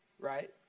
right